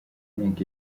inteko